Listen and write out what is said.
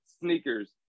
sneakers